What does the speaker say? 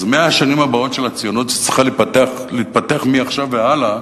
אז 100 השנים הבאות של הציונות שצריכה להתפתח מעכשיו והלאה